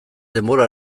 denbora